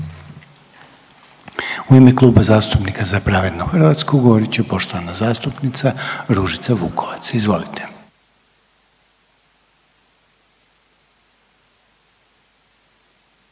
U ime Kluba zastupnika Za pravednu Hrvatsku govorit će poštovana zastupnica Ružica Vukovac. Izvolite.